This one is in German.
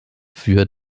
für